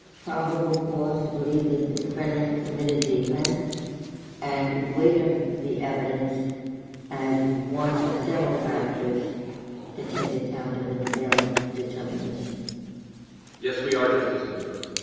probable cause to believe that the defendant committed the offense and weight of the evidence as one of several factors to take account over the bail determination? srebnick yes, we are, justice ginsburg.